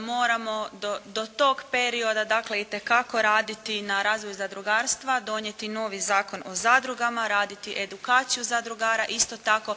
moramo do tog perioda dakle itekako raditi na razvoju zadrugarstva, donijeti novi Zakon o zadrugama, raditi edukaciju zadrugara, isto tako